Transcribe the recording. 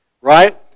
right